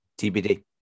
TBD